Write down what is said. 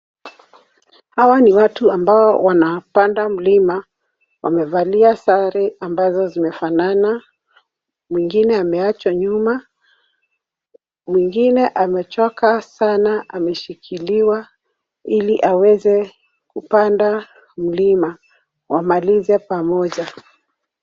Hawa ni watu ambao wanapanda mlima. Wamevalia sare ambazo zimefanana. Mwingine ameachwa nyuma. Mwingine amechoka sana, ameshikiliwa ili aweze kupanda mlima wamalize pamoja.